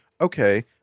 okay